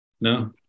No